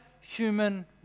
human